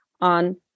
on